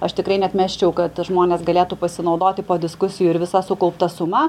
aš tikrai neatmesčiau kad žmonės galėtų pasinaudoti po diskusijų ir visa sukaupta suma